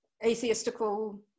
atheistical